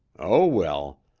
oh well,